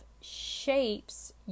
shapes